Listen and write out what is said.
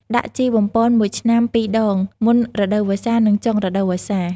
ដាក់ជីបំប៉ន ១ឆ្នាំ ២ដង មុនរដូវវស្សា និងចុងរដូវវស្សា។